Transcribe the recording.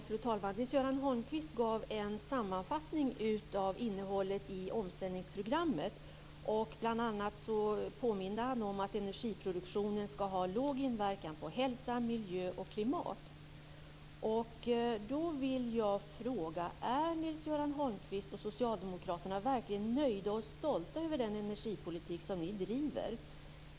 Fru talman! Nils-Göran Holmqvist gjorde en sammanfattning av innehållet i omställningsprogrammet. Bl.a. påminde han om att energiproduktionen ska ha låg inverkan på hälsa, miljö och klimat. Då vill jag fråga: Är Nils-Göran Holmqvist och Socialdemokraterna verkligen nöjda och stolta över den energipolitik som ni driver?